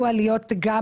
הוצאות